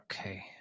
Okay